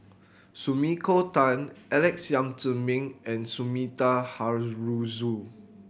Sumiko Tan Alex Yam Ziming and Sumida Haruzo